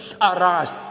Arise